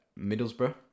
Middlesbrough